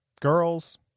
Girls